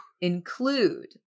include